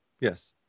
Yes